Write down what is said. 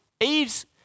Eve's